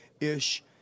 ish